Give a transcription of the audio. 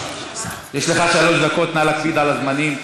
יש לך שלוש דקות, נא להקפיד על הזמנים.